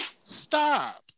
Stop